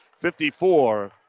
54